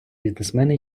бізнесмени